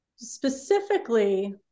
Specifically